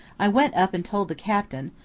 i went up and told the captain,